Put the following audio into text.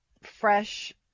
fresh